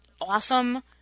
awesome